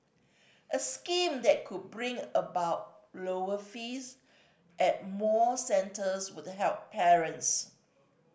a scheme that could bring about lower fees at more centres would help parents